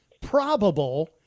probable